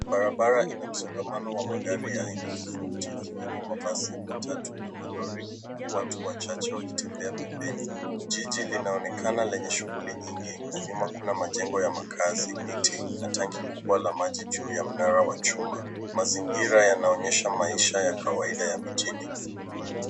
Barabara ina msongamano wa magari ya aina tofauti, ikiwemo, mabasi, matatu na malori, huku, watu wachache wakitembea pembeni, jiji lenye shughuli nyingi na nyuma kuna majengo ya makazi, miti, na tanki kubwa la maji juu ya mnara wa chuma, mazingira yanaonyesha maisha ya kawaida ya mijini.